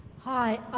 hi,